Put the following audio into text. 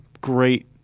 great